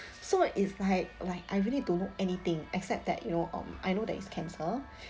so is like like I really don't know anything except that you know um I know that it's cancer